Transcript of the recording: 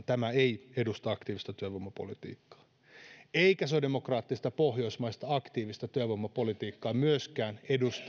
tämä ei edusta aktiivista työvoimapolitiikkaa eikä sosiaalidemokraattista pohjoismaista aktiivista työvoimapolitiikkaa edusta myöskään